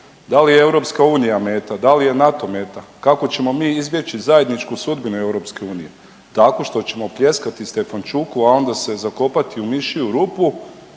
Da li je EU meta, da li je NATO meta? Kako ćemo mi izbjeći zajedničku sudbinu EU? Tako što ćemo pljeskati Stefačuku, a onda se zakopati u mišju rupu